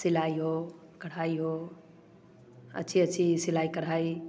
सिलाई हो कढ़ाई हो अच्छी अच्छी सिलाई कढ़ाई